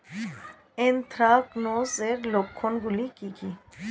Anthracnose এর লক্ষণ গুলো কি কি?